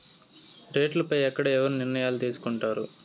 రేట్లు పై ఎక్కడ ఎవరు నిర్ణయాలు తీసుకొంటారు?